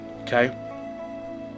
Okay